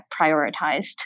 prioritized